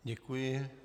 Děkuji.